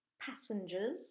passengers